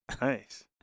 Nice